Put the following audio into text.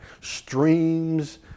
Streams